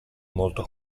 molto